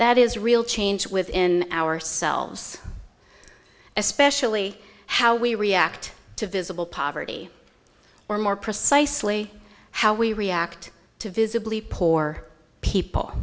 that is real change within ourselves especially how we react to visible poverty or more precisely how we react to visibly poor people